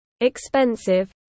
expensive